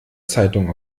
zeitung